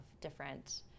different